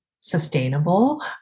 sustainable